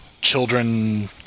children